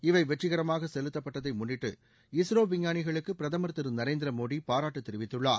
இவை வெற்றிகரமாக செலுத்தப்பட்டதை முன்னிட்டு இஸ்ரோ விஞ்ஞானிகளுக்கு பிரதமர் திரு நரேந்திர மோடி பாராட்டு தெரிவித்துள்ளார்